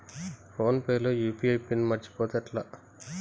Phone pay లో UPI PIN మరచిపోతే ఎట్లా?